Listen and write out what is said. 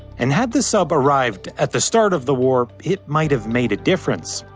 and had the sub arrived at the start of the war it might've made a difference.